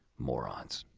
morons.